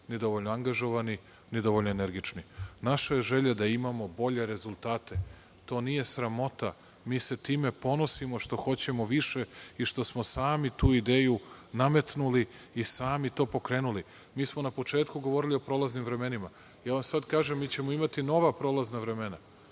ni dovoljno angažovani, ni dovoljno energični. Naša je želja da imamo bolje rezultate. To nije sramota. Mi se time ponosimo što hoćemo više i što smo sami tu ideju nametnuli, i sami to pokrenuli. Mi smo na početku govorili o prolaznim vremenima. Ja vam sada kažem, mi ćemo imati nova prolazna vremena.